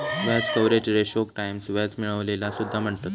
व्याज कव्हरेज रेशोक टाईम्स व्याज मिळविलेला सुद्धा म्हणतत